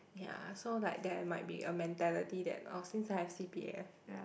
ya so like there might be a mentality that oh since I have c_p_f